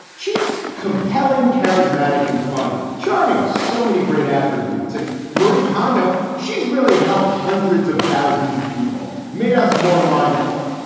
she's compelling, charismatic and funny, charming. so many great attributes. and marie kondo, she's really helped. hundreds of thousands of people, made us more mindful.